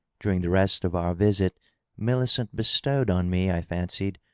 during the rest of our visit millicent bestowed on me, i fancied,